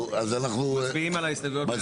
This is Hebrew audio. מצביעים על ההסתייגויות בהיעדרה.